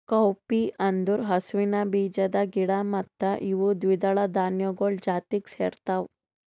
cowpea ಅಂದುರ್ ಹಸುವಿನ ಬೀಜದ ಗಿಡ ಮತ್ತ ಇವು ದ್ವಿದಳ ಧಾನ್ಯಗೊಳ್ ಜಾತಿಗ್ ಸೇರ್ತಾವ